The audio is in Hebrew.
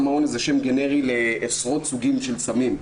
סם האונס זה שם גנרי לעשרות סוגים של סמים.